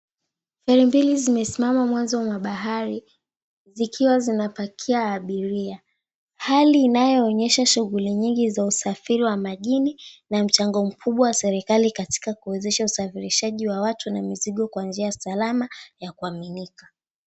Meli mbili zimesimama mwanzo wa bahari zikiwa zinapakia abiria. Hali inayoonyesha shughuli nyingi za usafiri wa majini na mchango mkubwa wa serikali katika kuwezesha usafirishaji wa watu na mizigo kwa njia salama wa kuaminika.